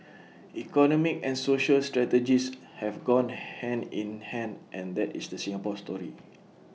economic and social strategies have gone hand in hand and that is the Singapore story